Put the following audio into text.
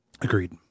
Agreed